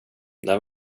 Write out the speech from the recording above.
där